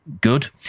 good